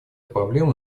проблему